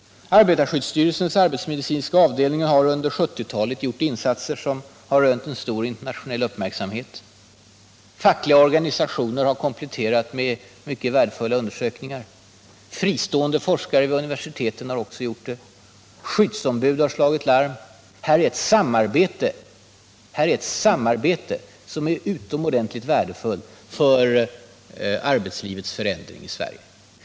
Arbetarskyddsstyrelsens arbetsmedicinska avdelning har under 1970-talet gjort insatser som rönt stor internationell uppmärksamhet. Fackliga organisationer har kompletterat med mycket värdefulla undersökningar. Fristående forskare vid universiteten har också gjort det. Skyddsombud har slagit larm. Här finns ett samarbete som är utomordentligt värdefullt för arbetslivets förändring i Sverige.